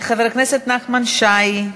חבר הכנסת נחמן שי,